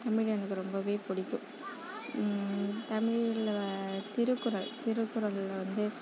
தமிழ் எனக்கு ரொம்பவே பிடிக்கும் தமிழில் வ திருக்குறள் திருக்குறளில் வந்து